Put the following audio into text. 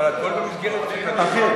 אבל הכול במסגרת בית-המשפט,